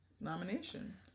nomination